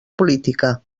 política